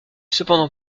cependant